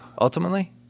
Ultimately